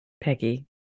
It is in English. peggy